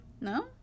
No